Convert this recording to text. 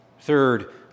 Third